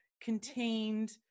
contained